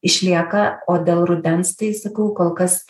išlieka o dėl rudens tai sakau kol kas